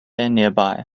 nearby